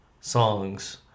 songs